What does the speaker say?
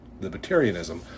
libertarianism